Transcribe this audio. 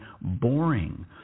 boring